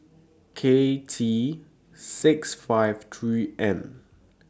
K T six five three N